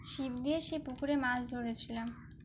ছিপ দিয়ে সে পুকুরে মাছ ধরেছিলাম